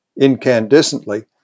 incandescently